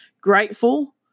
grateful